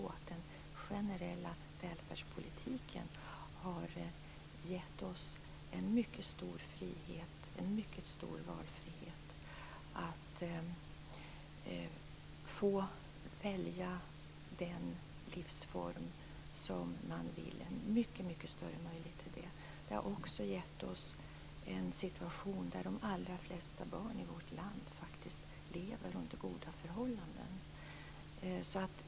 Den generella välfärdspolitiken har faktiskt gett oss en mycket stor frihet att välja den livsform man vill. Den friheten har blivit mycket större. Den har också gett oss en situation där de allra flesta barn i vårt land faktiskt lever under goda förhållanden.